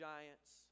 Giants